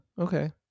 okay